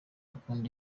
akunda